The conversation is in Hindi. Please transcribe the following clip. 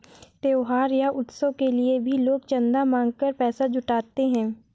त्योहार या उत्सव के लिए भी लोग चंदा मांग कर पैसा जुटाते हैं